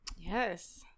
Yes